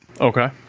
Okay